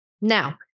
Now